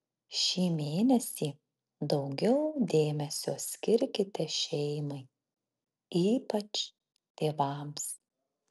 šį mėnesį daugiau dėmesio skirkite šeimai ypač tėvams